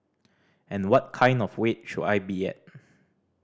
and what kind of weight should I be at